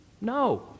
no